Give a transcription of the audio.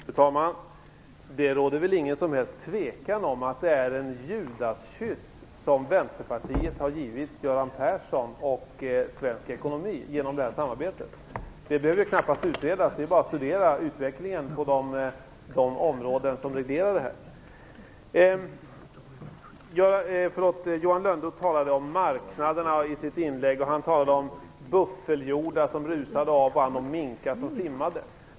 Fru talman! Det råder väl inget som helst tvivel om att det är en judaskyss som Vänsterpartiet har givit Göran Persson och svensk ekonomi genom det här samarbetet. Det behöver knappast utredas. Det är bara att studera utvecklingen på de områden som vi här talar om. Johan Lönnroth talade om marknaderna i sitt inlägg. Han talade om buffelhjordar som rusade av och an och minkar som simmade.